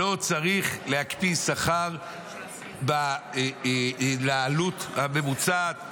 שלא צריך להקפיא שכר לעלות הממוצעת.